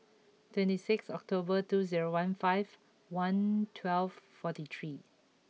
twenty six October two zero one five one twelve forty three